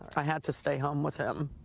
i had to stay home with him.